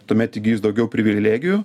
tuomet įgijus daugiau privilegijų